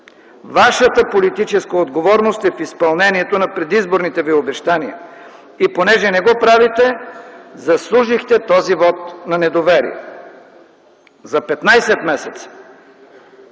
Вашата политическа отговорност е в изпълнението на предизборните ви обещания. Понеже не го правите, заслужихте този вот на недоверие. За 15 месеца